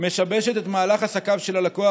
משבשת את מהלך עסקיו של הלקוח,